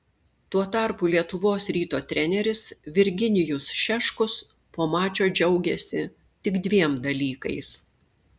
tuo tarpu lietuvos ryto treneris virginijus šeškus po mačo džiaugėsi tik dviem dalykais